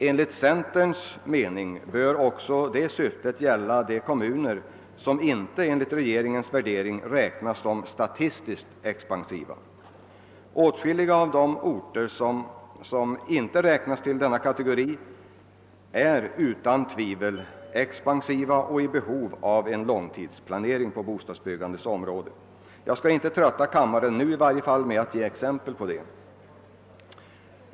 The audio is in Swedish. Enligt centerns mening bör också det syftet gälla de kommuner som enligt regeringens värdering inte räknas som statistiskt expansiva. Åtskilliga av de orter som inte hänförs till denna kategori är otvivelaktigt expansiva och i behov av en långtidsplanering på bostadsbyggandets område. Jag skall inte nu trötta kammarens ledamöter med att ge exempel på det.